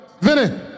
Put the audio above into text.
Vinny